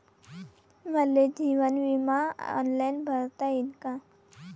मले जीवन बिमा ऑनलाईन भरता येईन का?